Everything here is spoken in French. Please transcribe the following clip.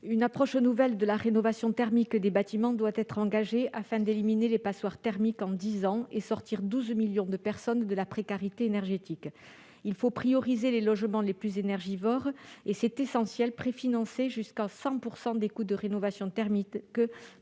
approche de la rénovation thermique des bâtiments doit être engagée afin d'éliminer les passoires thermiques en dix ans et de sortir 12 millions de personnes de la précarité énergétique. Il faut prioriser les logements les plus énergivores et- c'est essentiel -préfinancer jusqu'à 100 % des coûts de la rénovation thermique